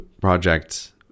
project